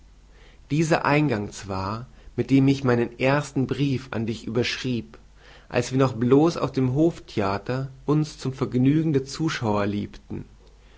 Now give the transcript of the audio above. dieser eingang zwar mit dem ich meinen ersten brief an dich überschrieb als wir noch blos auf dem hoftheater uns zum vergnügen der zuschauer liebten